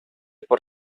por